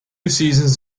seasons